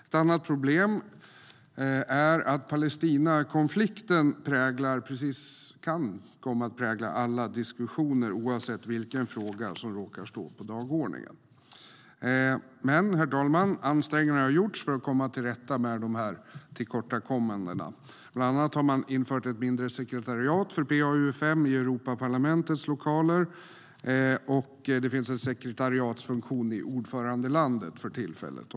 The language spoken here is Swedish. Ett annat problem är att Palestinakonflikten kan prägla alla diskussioner oavsett vilken fråga som står på dagordningen. Herr talman! Ansträngningar har dock gjorts för att komma till rätta med dessa tillkortakommanden. Bland annat har det inrättats ett mindre sekretariat för PA-UfM i Europaparlamentets lokaler. Det finns dessutom en sekretariatsfunktion i ordförandelandet för tillfället.